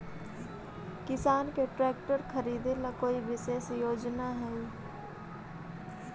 किसान के ट्रैक्टर खरीदे ला कोई विशेष योजना हई?